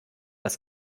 das